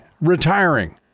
retiring